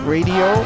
Radio